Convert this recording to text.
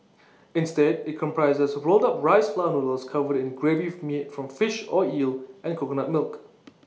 instead IT comprises rolled up rice flour noodles covered in A gravy made from fish or eel and coconut milk